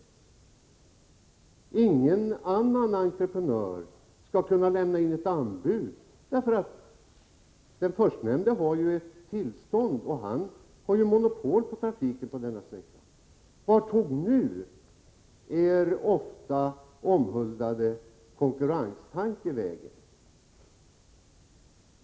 Ingen annan entreprenör skall kunna lämna in ett anbud. Det förstnämnda företaget har ju ett tillstånd, och detta har monopol på trafiken på denna sträcka. Vart tog nu er ofta omhuldade konkurrenstanke vägen?